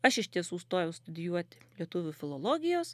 aš iš tiesų stojau studijuoti lietuvių filologijos